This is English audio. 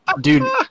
dude